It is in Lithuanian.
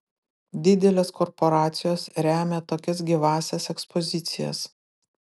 didelės korporacijos remia tokias gyvąsias ekspozicijas